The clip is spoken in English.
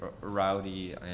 rowdy